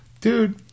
Dude